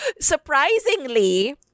surprisingly